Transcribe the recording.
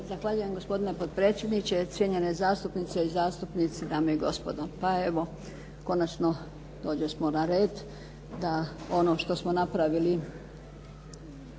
Zahvaljujem gospodine potpredsjedniče, cijenjene zastupnice i zastupnici, dame i gospodo. Pa evo, konačno dođosmo na red da ono što smo napravili